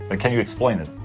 ah can you explain it?